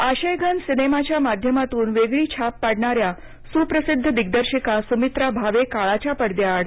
आशय घन सिनेमाच्या माध्यमातून वेगळी छाप पाडणाऱ्या सुप्रसिद्ध दिग्दर्शिका सुमित्रा भावे काळाच्या पडद्याआड